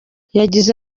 yagize